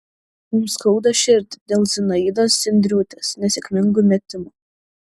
mums skauda širdį dėl zinaidos sendriūtės nesėkmingų metimų